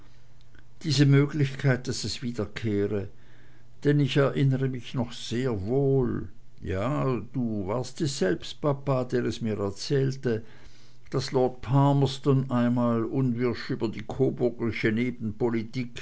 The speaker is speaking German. diese möglichkeit daß es wiederkehre denn ich erinnere mich noch sehr wohl ja du warst es selbst papa der es mir erzählte daß lord palmerston einmal unwirsch über die